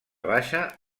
baixa